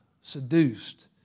seduced